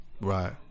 right